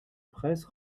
presse